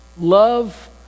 love